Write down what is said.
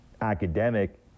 academic